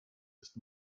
ist